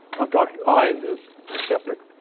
i'm talking i the the skeptic.